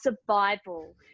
survival